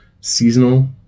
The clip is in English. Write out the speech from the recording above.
seasonal